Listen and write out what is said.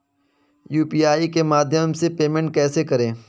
UPI के माध्यम से पेमेंट को कैसे करें?